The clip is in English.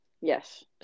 Yes